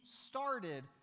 started